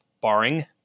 barring